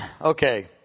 Okay